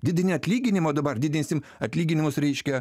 didini atlyginimą dabar didinsim atlyginimus reiškia